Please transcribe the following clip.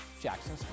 Jackson